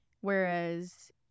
Whereas